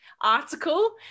article